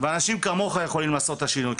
חושב שאנשים כמוך הם אלה שיכולים לעשות את השינוי.